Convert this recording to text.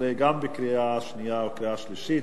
2011, גם היא לקריאה שנייה וקריאה שלישית.